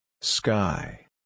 Sky